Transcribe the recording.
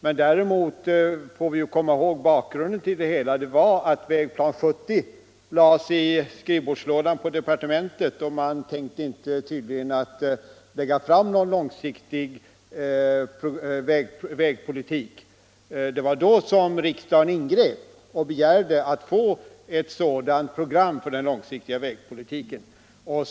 Men däremot får vi komma ihåg att bakgrunden till det hela var att Vägplan 70 lades i skrivbordslådan på departementet och att man tydligen inte tänkte lägga fram program för någon långsiktig vägpolitik. Det var då som riksdagen ingrep och begärde att få ett sådant program för den långsiktiga vägpolitiken.